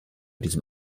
diesem